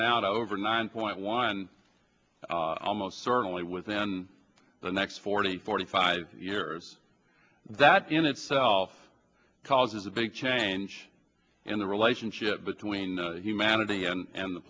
to over nine point one almost certainly within the next forty forty five years that in itself causes a big change in the relationship between humanity and